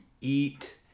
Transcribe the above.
eat